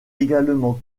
également